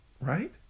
right